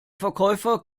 verkäufer